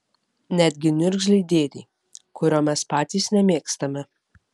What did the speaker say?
netgi niurgzliui dėdei kurio mes patys nemėgstame